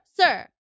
sir